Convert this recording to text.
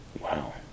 Wow